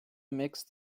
mixed